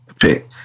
pick